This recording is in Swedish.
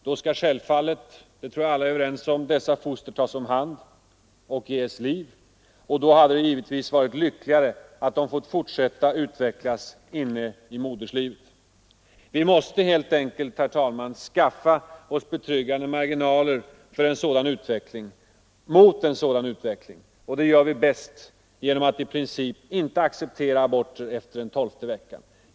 Då skall självfallet — det tror jag alla är överens om — dessa foster tas om hand och ges liv, och då hade det givetvis varit lyckligare att de fått fortsätta utvecklas inne i moderslivet. Vi måste helt enkelt skaffa oss betryggande marginaler mot en sådan utveckling, och det gör vi bäst genom att i princip inte acceptera aborter efter den tolfte veckan.